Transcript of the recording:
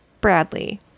Bradley